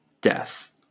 death